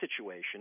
situation